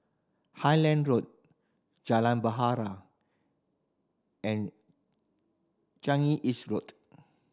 Highland Road Jalan and Changi East Road